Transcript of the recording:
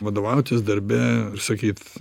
vadovautis darbe sakyt